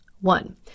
One